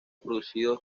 producidos